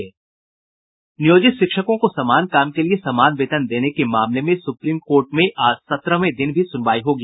नियोजित शिक्षकों को समान काम के लिए समान वेतन देने के मामले में सुप्रीम कोर्ट में आज सत्रहवें दिन भी सुनवाई होगी